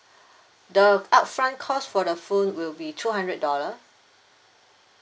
the upfront cost for the phone will be two hundred dollar